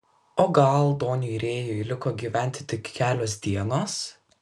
o gal doniui rėjui liko gyventi tik kelios dienos